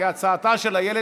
הצעתה של איילת,